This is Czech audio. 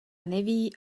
neví